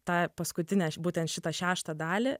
tą paskutinę būtent šitą šeštą dalį